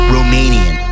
Romanian